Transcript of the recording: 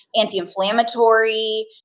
anti-inflammatory